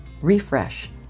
refresh